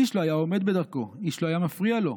איש לא היה עומד בדרכו, איש לא היה מפריע לו,